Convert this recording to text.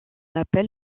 appel